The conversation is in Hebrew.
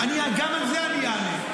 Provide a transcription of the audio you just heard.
גם על זה אני אענה.